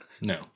No